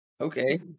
okay